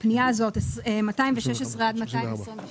216 עד 222,